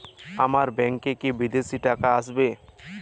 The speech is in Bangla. আমার ব্যংকে কি বিদেশি টাকা আসবে?